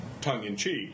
tongue-in-cheek